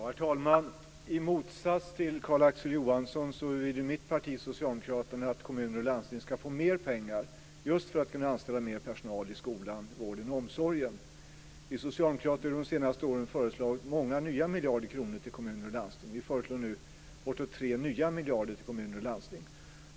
Herr talman! I motsats till Carl-Axel Johansson vill ju vi socialdemokrater att kommuner och landsting ska få mer pengar, just för att kunna anställa mer personal i skolan, vården och omsorgen. Vi socialdemokrater har under de senaste åren föreslagit många nya miljarder kronor till kommuner och landsting. Vi föreslår nu bortåt 3 nya miljarder till kommuner och landsting.